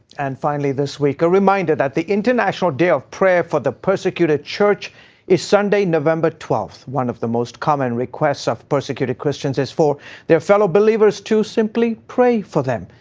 and finally this week, a reminder that the international day of prayer for the persecuted church is sunday, november twelfth. one of the most common requests of persecuted christians is for their fellow believers to simply pray for them.